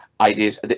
ideas